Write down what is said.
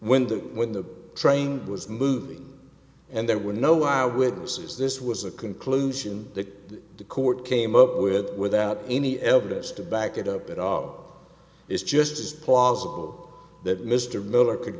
when the when the train was moving and there were no eyewitnesses this was a conclusion that the court came up with without any evidence to back it up at all it's just as plausible that mr miller could